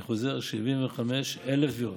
אני חוזר: 75,000 תביעות.